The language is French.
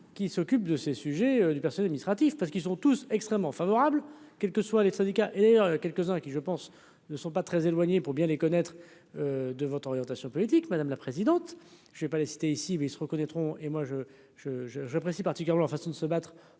qui s'occupe de ces sujets du personnel ministre hâtif parce qu'ils sont tous extrêmement favorable, quelles que soient les syndicats et les quelques-uns qui je pense ne sont pas très éloigné pour bien les connaître de votre orientation politique madame la présidente, je ne vais pas les citer ici mais ils se reconnaîtront, et moi je, je, je, j'apprécie particulièrement, façon de se battre